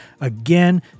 Again